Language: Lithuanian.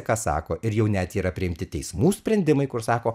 ką sako ir jau net yra priimti teismų sprendimai kur sako